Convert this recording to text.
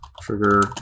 trigger